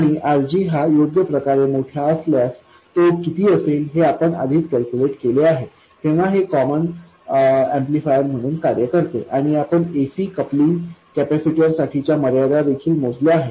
आणि RG हा योग्य प्रमाणात मोठा असल्यास तो किती असेल हे आपण आधीच कॅल्क्युलेट केले आहे तेव्हा हे कॉमन एम्पलीफायर म्हणून कार्य करते आणि आपण ac कपलिंग कॅपेसिटर साठीच्या मर्यादा देखील मोजल्या आहेत